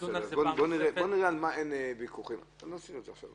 נדון על זה --- נסיר את זה עכשיו.